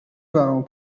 برام